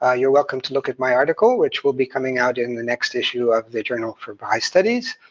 ah you're welcome to look at my article, which will be coming out in the next issue of the journal for baha'i studies,